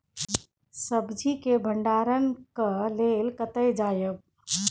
सब्जी के भंडारणक लेल कतय जायब?